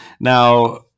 Now